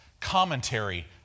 commentary